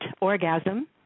orgasm